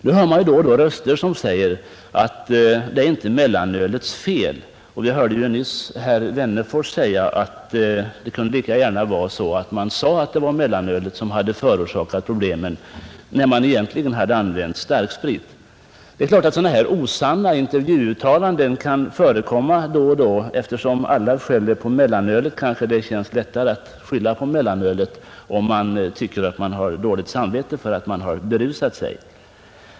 Nu hör man då och då folk säga att detta inte är mellanölets fel. Vi hörde nyss herr Wennerfors uttala att det lika gärna kunde vara så att ungdomar säger att det är mellanölet som förorsakat problemen trots att man vet med sig att man använt starksprit. Sådana osanna intervjuuttalanden kan naturligtvis förekomma då och då; eftersom alla skäller på mellanölet kanske det känns lättare att skylla på mellanölet om man har dåligt samvete för att man berusat sig.